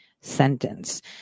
sentence